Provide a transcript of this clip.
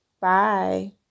Bye